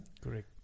Correct